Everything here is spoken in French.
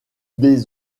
des